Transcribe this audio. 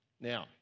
Now